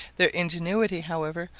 their ingenuity, however,